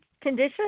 condition